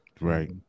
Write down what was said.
Right